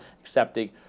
accepting